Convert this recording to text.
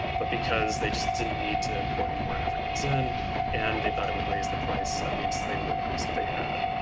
but because they just didn't need to import any more africans in and thought it would raise the price of the enslaved workers if they had.